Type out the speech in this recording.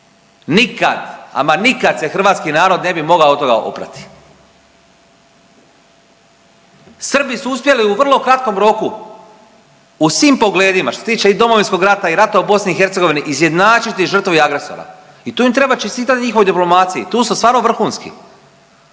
nikad, ama nikad se hrvatski narod ne bi mogao od toga oprati. Srbi su uspjeli u vrlo kratkom roku u svim pogledima što se tiče i Domovinskog rata i rata u BiH izjednačiti žrtvu i agresora i tu im treba čestitati njihovoj diplomaciji, tu su stvarno vrhunski.